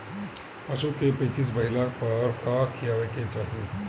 पशु क पेचिश भईला पर का खियावे के चाहीं?